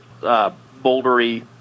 bouldery